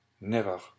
Never